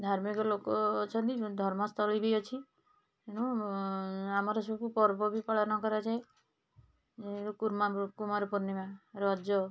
ଧାର୍ମିକ ଲୋକ ଅଛନ୍ତି ଧର୍ମସ୍ଥଳୀ ବି ଅଛି ତେଣୁ ଆମର ସବୁ ପର୍ବ ବି ପାଳନ କରାଯାଏ କୁମାରପୁର୍ଣ୍ଣିମା ରଜ